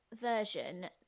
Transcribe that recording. version